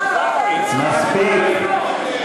מספיק.